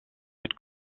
mit